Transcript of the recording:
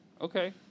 Okay